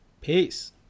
Peace